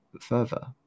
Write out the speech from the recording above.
further